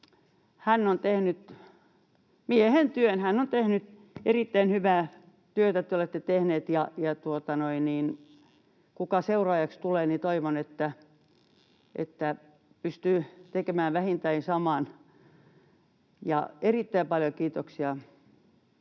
Hän on tehnyt miehen työn. Erittäin hyvää työtä te olette tehnyt, ja toivon, että se, kuka seuraajaksi tulee, pystyy tekemään vähintään saman. Erittäin paljon kiitoksia,